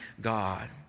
God